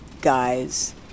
guys